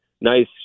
nice